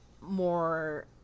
more